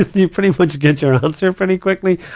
ah you pretty much gets your ah answer pretty quickly.